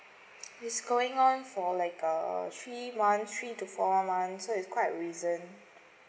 this going on for like err three months three to four months so is quite recent